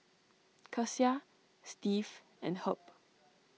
Kecia Steve and Herb